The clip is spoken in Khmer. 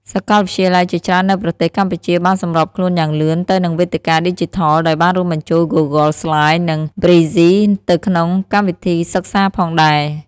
សកលវិទ្យាល័យជាច្រើននៅប្រទេសកម្ពុជាបានសម្របខ្លួនយ៉ាងលឿនទៅនឹងវេទិកាឌីជីថល ដោយបានរួមបញ្ចូល Google Slides និង Prezi ទៅក្នុងកម្មវីធីសិក្សាផងដែរ។